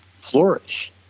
flourish